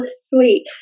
sweet